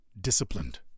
disciplined